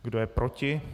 Kdo je proti?